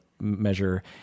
measure